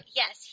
yes